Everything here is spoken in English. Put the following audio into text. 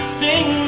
sing